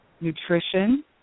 nutrition